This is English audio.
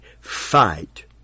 fight